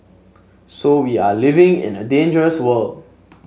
so we are living in a dangerous world